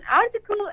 article